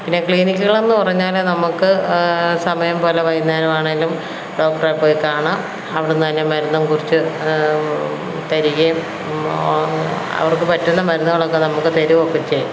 പിന്നെ ക്ലിനിക്കുകളെന്ന് പറഞ്ഞാൽ നമ്മൾക്ക് സമയം പോലെ വൈകുന്നേരം ആണെങ്കിലും ഡോക്ടറെ പോയി കാണാം അവിടെ നിന്ന് തന്നെ മരുന്നും കുറിച്ച് തരികയും അവർക്ക് പറ്റുന്ന മരുന്നുകളൊക്കെ നമുക്ക് തരികയൊക്കെ ച്ചെയ്യും